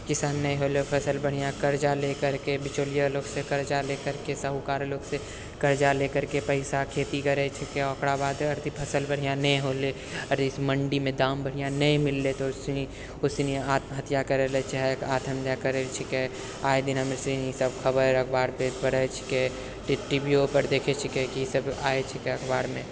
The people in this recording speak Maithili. किसान नहि होलै फसल बढ़िआँ कर्जा लेकरके बिचौलिया लोकसँ कर्जा ले करके साहुकार लोकसँ कर्जा लेकरके पैसा खेती करै छै ओकरा बाद अथि फसल बढ़िआँ नहि होलै आओर इस मण्डीमे दाम बढ़िआँ नहि मिललै तऽ उसी उसी हीमे आत्महत्या करि लै छै आत्महत्या करि छिकै आये दिन हमे ई सभ खबर अखबार पेपरपर छिकै टी टिभियोपर देखै छिकै कि ई सभ आय छिकै अखबारमे